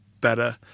better